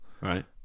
Right